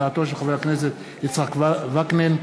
הצעתו של חבר הכנסת יצחק וקנין,